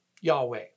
Yahweh